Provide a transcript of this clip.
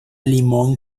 limón